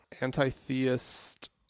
Anti-theist